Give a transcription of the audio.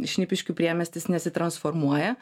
šnipiškių priemiestis nesitransformuoja